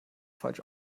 falsch